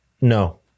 No